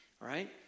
Right